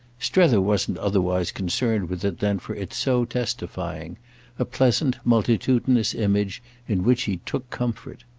strether wasn't otherwise concerned with it than for its so testifying a pleasant multitudinous image in which he took comfort.